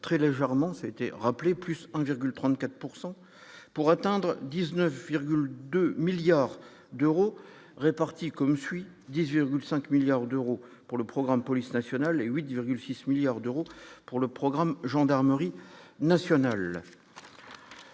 très légèrement, c'était, rappelez plus un virgule 34 pourcent pour atteindre 19,2 milliards d'euros répartis comme suit des yeux 5 milliards d'euros pour le programme, police nationale et 8,6 milliards d'euros pour le programme, gendarmerie nationale.